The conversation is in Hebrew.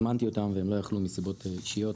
הזמנתי אותם והם לא יכלו מסיבות אישיות,